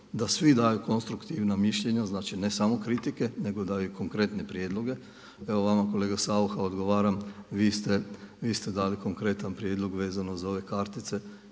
da svi daju konstruktivna mišljenja, znači ne samo kritike nego daju i konkretne prijedloge. Evo vama kolega Saucha odgovaram, vi ste dali konkretan prijedlog vezano za ove kartice.